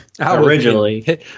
originally